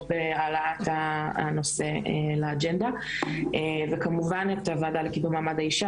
בהעלאת הנושא לאג'נדה וכמובן את הוועדה לקידום מעמד האישה